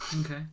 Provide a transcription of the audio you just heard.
okay